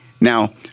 Now